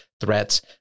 threats